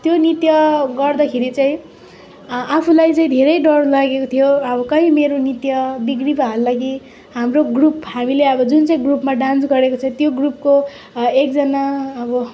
त्यो नृत्य गर्दखेरि चाहिँ आफूलाई चाहिँ धेरै डर लागेको थियो अब कहीँ मेरो नृत्य ब्रिग्री पो हाल्छ कि हाम्रो ग्रुप हामीले अब जुन चाहिँ ग्रुपमा डान्स गरेको छ त्यो ग्रुपको एकजना अब